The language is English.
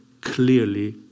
clearly